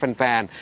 fan